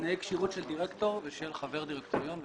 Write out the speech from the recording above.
תנאי כשירות של דירקטור ושל חבר דירקטוריון.